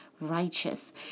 righteous